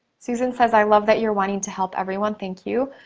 susan says, i love that you're wanting to help everyone. thank you.